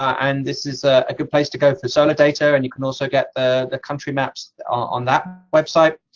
and this is a good place to go for solar data, and you can also get the the country maps on that website.